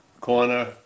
corner